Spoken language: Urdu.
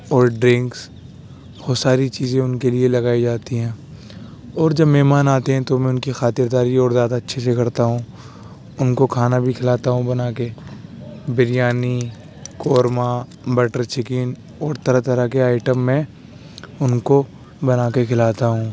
کول ڈرنکس وہ ساری چیزیں ان کے لیے لگائی جاتی ہیں اور جب مہمان آتے ہیں تو میں ان کی خاطرداری اور زیادہ اچھے سے کرتا ہوں ان کو کھانا بھی کھلاتا ہوں بنا کے بریانی قورمہ بٹر چکن اور طرح طرح کے آئٹم میں ان کو بنا کے کھلاتا ہوں